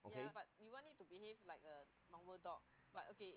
okay